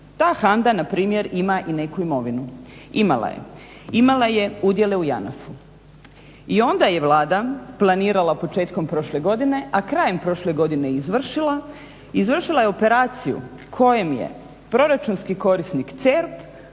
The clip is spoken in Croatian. Ta HANDA npr. ima i neku imovinu, imala je. Imala je udjele u JANAF-u. I onda je Vlada planirala početkom prošle godine, a krajem prošle godine je i izvršila, izvršila je operaciju kojom je proračunski korisnik CERP